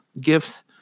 gifts